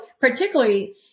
particularly